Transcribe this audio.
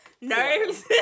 Nerves